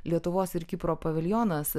lietuvos ir kipro paviljonas